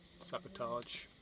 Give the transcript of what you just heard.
sabotage